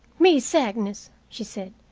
miss agnes, she said,